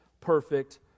perfect